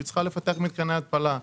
היא צריכה לפתח מתקני התפלה.